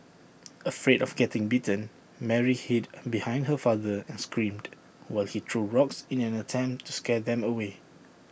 afraid of getting bitten Mary hid behind her father and screamed while he threw rocks in an attempt to scare them away